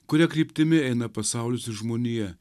kuria kryptimi eina pasaulis ir žmonija